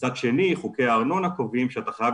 מצד שני חוקי הארנונה קובעים שאתה חייב